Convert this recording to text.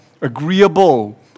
agreeable